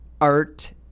art